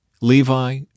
Levi